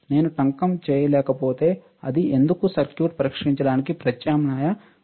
నేను టంకము చేయలేకపోతే అది ఎందుకు సర్క్యూట్ పరీక్షించడానికి ప్రత్యామ్నాయ అమరిక ఉంది